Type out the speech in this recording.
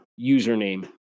username